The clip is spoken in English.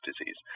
disease